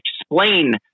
explain